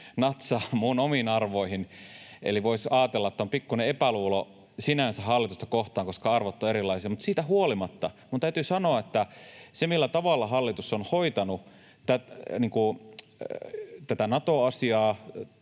natsaa minun omiin arvoihini, eli voisi ajatella, että on pikkuinen epäluulo sinänsä hallitusta kohtaan, koska arvot ovat erilaisia, niin siitä huolimatta minun täytyy sanoa, että se, millä tavalla hallitus on hoitanut tätä Nato-asiaa,